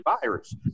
virus